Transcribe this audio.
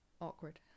Awkward